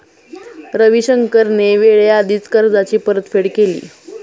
रविशंकरने वेळेआधीच कर्जाची परतफेड केली